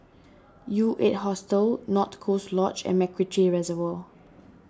U eight Hostel North Coast Lodge and MacRitchie Reservoir